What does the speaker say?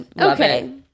Okay